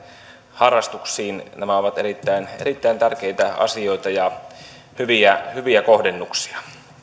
harrastuksiin nämä ovat erittäin erittäin tärkeitä asioita ja hyviä hyviä kohdennuksia